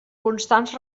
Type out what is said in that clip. constants